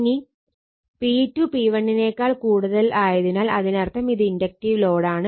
ഇനി P2 P1 ആയതിനാൽ അതിനർത്ഥം ഇത് ഇൻഡക്റ്റീവ് ലോഡ് ആണ്